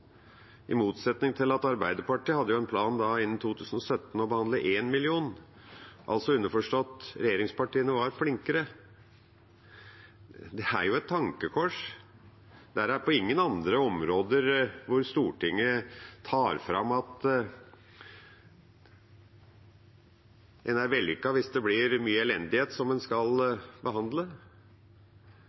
plan om å behandle 1 million – underforstått: Regjeringspartiene var flinkere. Det er et tankekors. Det er da ikke på noen andre områder hvor Stortinget tar fram at en er vellykket hvis det blir mye elendighet som en skal behandle.